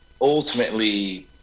ultimately